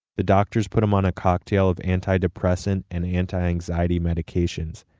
the doctors put him on a cocktail of antidepressant and anti-anxiety medications.